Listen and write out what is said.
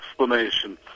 explanation